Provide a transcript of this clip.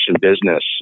business